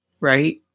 right